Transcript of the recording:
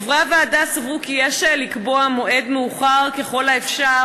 חברי הוועדה סברו כי יש לקבוע מועד מאוחר ככל האפשר